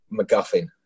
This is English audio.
MacGuffin